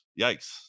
yikes